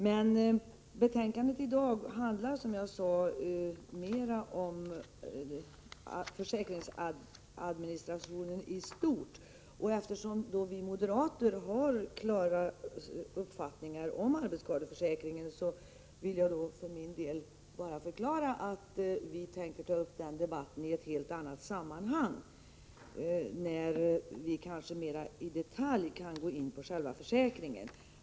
Men betänkandet i dag handlar, som jag sade, mera om administrationen i stort, och eftersom vi moderater har klara uppfattningar om arbetsskadeförsäkringen vill jag för min del bara förklara att vi tänker ta upp den debatten i ett helt annat sammanhang, när vi kanske mer i detalj kan gå in på själva försäkringen.